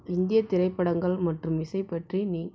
இந்திய திரைப்படங்கள் மற்றும் இசை பற்றி நீ